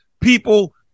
people